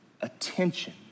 attention